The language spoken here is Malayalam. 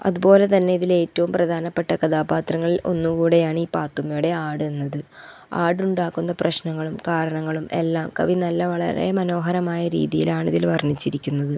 അതുപോലെ തന്നെ ഇതിൽ ഏറ്റവും പ്രധാനപ്പെട്ട കഥാപാത്രങ്ങളിൽ ഒന്ന് കൂടെയാണീ പാത്തുമ്മയുടെ ആട് എന്നത് ആട് ഉണ്ടാക്കുന്ന പ്രശ്നങ്ങളും കാരണങ്ങളും എല്ലാം കവി നല്ല വളരെ മനോഹരമായ രീതിയിൽ ആണ് ഇതിൽ വർണ്ണിച്ചിരിക്കുന്നത്